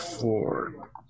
four